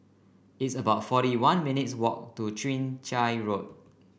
it's about forty one minutes' walk to Chwee Chian Road